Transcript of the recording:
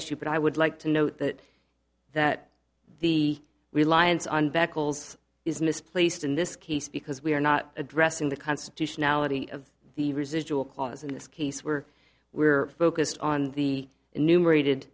issue but i would like to note that that the reliance on beckles is misplaced in this case because we are not addressing the constitutionality of the residual clause in this case were we were focused on the enumerated